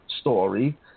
Story